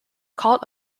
called